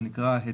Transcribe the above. שהוא נקרא,